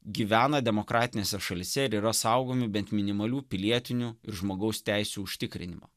gyvena demokratinėse šalyse ir yra saugomi bent minimalių pilietinių ir žmogaus teisių užtikrinimo